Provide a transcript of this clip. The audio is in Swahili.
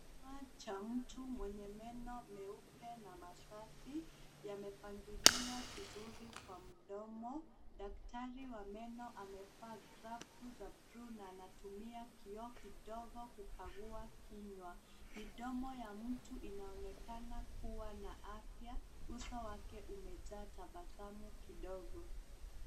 Kinywa cha mtu mwenye meno meupe na masafi yamepangiliwa vizuri kwa mdomo. Daktari wa meno amevaa glavu za buluu na anatumia kioo kidogo kukagua kinywa. Midomo ya mtu inaonekana kuwa na afya. Uso wake umejaa tabasamu kidogo.